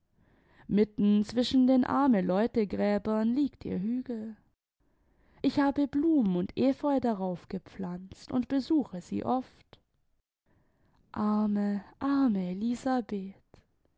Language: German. mitten zwischen den arme leute gräbern liegt ihr hügel ich habe blumen und efeu darauf gepflanzt imd besuche sie oft arme arme eusabeth